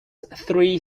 three